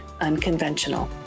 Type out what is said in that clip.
unconventional